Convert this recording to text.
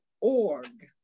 org